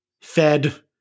fed